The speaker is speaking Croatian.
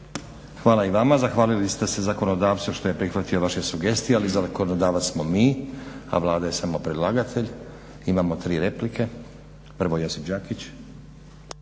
lijepa i vama. Zahvalili ste se zakonodavcu što je prihvatio vaše sugestije ali zakonodavac smo mi a Vlada je samo predlagatelj. Imamo tri replike. Prvo Josip Đakić.